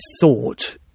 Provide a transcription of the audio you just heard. thought